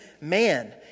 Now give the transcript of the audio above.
man